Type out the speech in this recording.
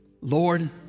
Lord